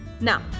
now